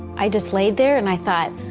i just laid there and i thought,